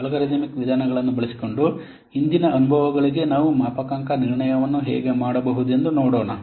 algorithmic ವಿಧಾನಗಳನ್ನು ಬಳಸಿಕೊಂಡು ಹಿಂದಿನ ಅನುಭವಗಳಿಗೆ ನಾವು ಮಾಪನಾಂಕ ನಿರ್ಣಯವನ್ನು ಹೇಗೆ ಮಾಡಬಹುದೆಂದು ನೋಡೋಣ